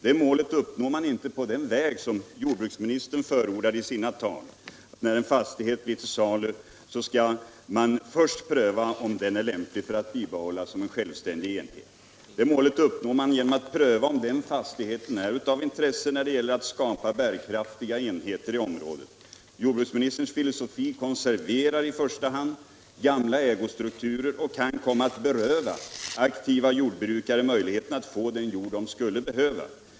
Det målet uppnår man inte utredning på den väg som jordbruksministern förordar i sina tal; nämligen att när en fastighet blir till salu skall man i första hand pröva om den bör upplåtas åt en ny brukare. Det målet uppnår man genom att först pröva om den fastigheten är av intresse när det gäller att skapa bärkraftiga enheter i området. Jordbruksministerns filosofi konserverar i första hand gamla ägostrukturer, och den kan komma att beröva aktiva jordbrukare möj ligheten att få den jord de skulle behöva.